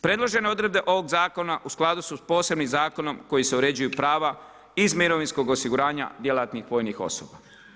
Predložene odredbe ovog zakona u skladu su s posebnim zakonom kojim se uređuju prava iz mirovinskog osiguranja djelatnih vojnih osoba.